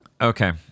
Okay